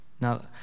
Now